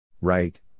Right